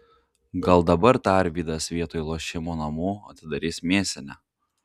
gal dabar tarvydas vietoj lošimo namų atidarys mėsinę